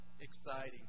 exciting